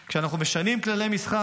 כשאנחנו משנים כללי משחק,